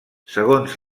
segons